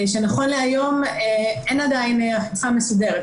נכון להיום אין עדיין אכיפה מסודרת.